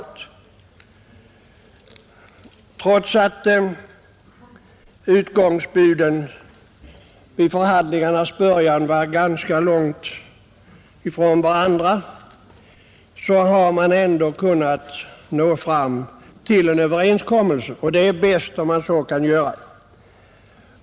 Trots att utgångsbuden vid förhandlingarnas början var ganska långt ifrån varandra har man ändå kunnat nå fram till en överenskommelse, och det är bäst om man så kan göra.